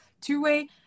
two-way